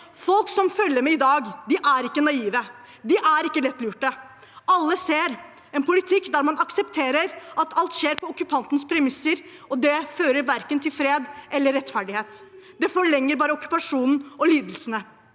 Folk som følger med i dag, er ikke naive. De er ikke lettlurte. Alle ser en politikk der man aksepterer at alt skjer på okkupantens premisser, og det fører verken til fred eller til rettferdighet. Det forlenger bare okkupasjonen og lidelsene.